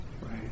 Right